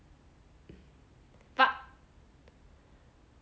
but